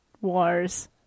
Wars